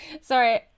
Sorry